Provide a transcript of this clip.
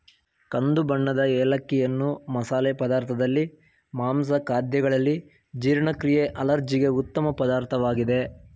ಕಂದು ಬಣ್ಣದ ಏಲಕ್ಕಿಯನ್ನು ಮಸಾಲೆ ಪದಾರ್ಥದಲ್ಲಿ, ಮಾಂಸ ಖಾದ್ಯಗಳಲ್ಲಿ, ಜೀರ್ಣಕ್ರಿಯೆ ಅಲರ್ಜಿಗೆ ಉತ್ತಮ ಪದಾರ್ಥವಾಗಿದೆ